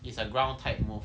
is a ground type move